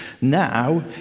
now